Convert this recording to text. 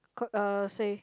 could uh say